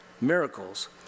miracles